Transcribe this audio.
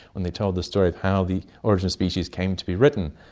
when they told the story of how the origin of species came to be written,